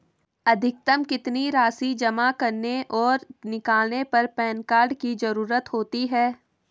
अधिकतम कितनी राशि जमा करने और निकालने पर पैन कार्ड की ज़रूरत होती है?